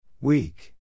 Weak